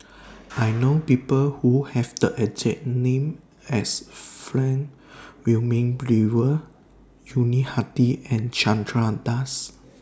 I know People Who Have The name as Frank Wilmin Brewer Yuni Hadi and Chandra Das